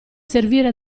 servire